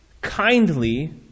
kindly